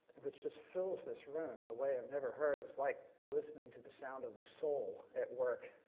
which just fills this room in a way i've never heard, is like listening to the sound of the soul at work.